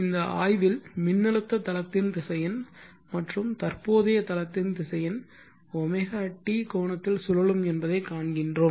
இந்த ஆய்வில் மின்னழுத்த தளத்தின் திசையென் மற்றும் தற்போதைய தளத்தின் திசையென் ωt கோணத்தில் சுழலும் என்பதை காண்கின்றோம்